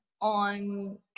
on